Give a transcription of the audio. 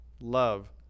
love